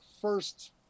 first